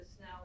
now